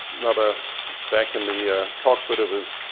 now they're back in the ah cockpit of his